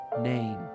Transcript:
name